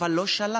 אבל לא שלטנו,